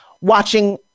watching